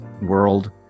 world